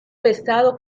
pesado